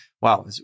wow